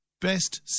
best